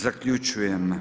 Zaključujem…